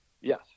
yes